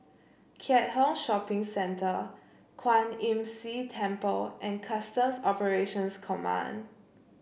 Keat Hong Shopping Centre Kwan Imm See Temple and Customs Operations Command